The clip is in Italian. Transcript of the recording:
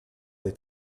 dei